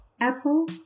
Apple